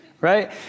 right